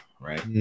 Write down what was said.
right